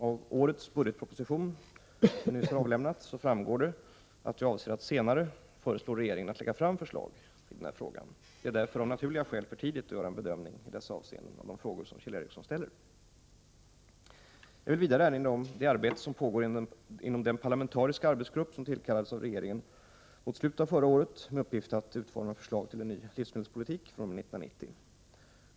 Av årets budgetproposition, som nyss har avlämnats, framgår det att jag avser att senare föreslå regeringen att lägga fram förslag i denna fråga. Det är därför, av naturliga skäl, för tidigt att göra en bedömning i dessa avseenden av de frågor som Kjell Ericsson ställer. Jag vill vidare erinra om det arbete som pågår inom den parlamentariska arbetsgrupp som tillkallades av regeringen mot slutet av förra året med uppgift att utforma förslag till en ny livsmedelspolitik fr.o.m. år 1990.